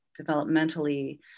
developmentally